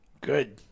Good